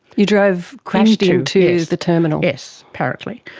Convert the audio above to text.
you drove, crashed into the terminal? yes, apparently.